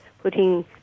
putting